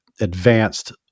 advanced